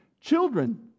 Children